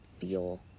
feel